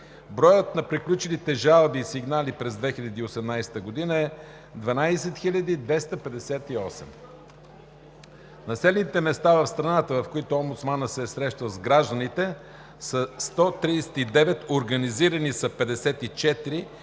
Броят на приключилите жалби и сигнали през 2018 г. е 12 258. Населените места в страната, в които омбудсманът се е срещнал с гражданите, са 139, организирани са 54